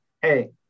hey